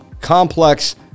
complex